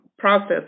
process